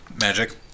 Magic